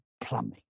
plumbing